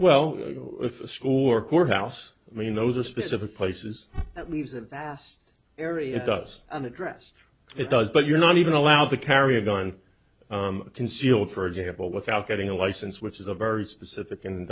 well if a school or courthouse i mean those are specific places that leaves a vast area does an address it does but you're not even allowed to carry a gun concealed for example without getting a license which is a very specific and